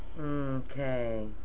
okay